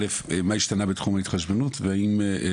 מה השתנה בתחום ההתחשבנות והאם את